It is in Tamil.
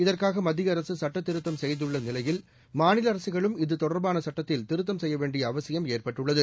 இதற்காக மத்திய அரசு சுட்டத்திருத்தம் செய்துள்ள நிலையில் மாநில அரசுகளும் இது தொடர்பான சட்டத்தில் திருத்தம் செய்ய வேண்டிய அவசியம் ஏற்பட்டுள்ளது